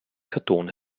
karton